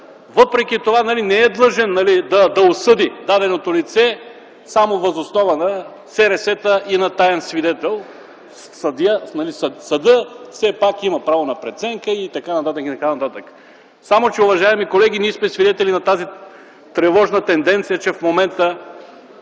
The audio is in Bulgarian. въпреки това не е длъжен да осъди даденото лице само въз основа на СРС-та и на таен свидетел, съдът все пак има право на преценка и т.н., и т.н. Само че, уважаеми колеги, ние сме свидетели на тревожната тенденция, че в момента